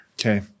Okay